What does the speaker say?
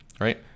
Right